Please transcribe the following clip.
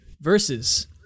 versus